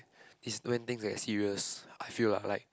it's when things get serious I feel lah like